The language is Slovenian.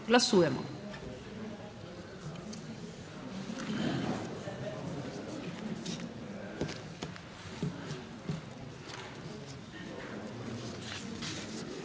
Glasujemo.